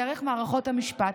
דרך מערכות המשפט,